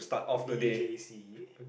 v_j_c